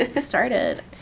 started